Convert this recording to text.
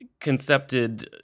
concepted